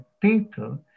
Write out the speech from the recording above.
people